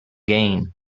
gain